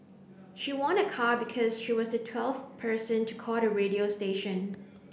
she won a car because she was the twelfth person to call the radio station